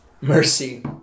mercy